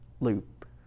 loop